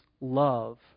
love